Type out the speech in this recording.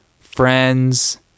friends